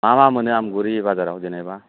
मा मा मोनो आमगुरि बाजाराव जेनेबा